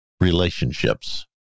relationships